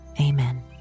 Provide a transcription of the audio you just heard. amen